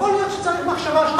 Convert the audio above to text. יכול להיות שצריך מחשבה שנייה.